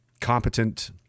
competent